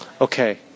Okay